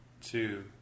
two